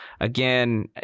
again